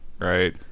right